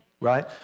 right